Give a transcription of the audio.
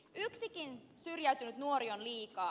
yksikin syrjäytynyt nuori on liikaa